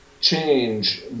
change